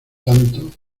tanto